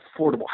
affordable